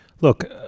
look